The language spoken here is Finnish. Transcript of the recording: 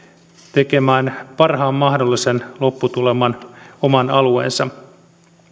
tekemään parhaan mahdollisen lopputuleman oman alueensa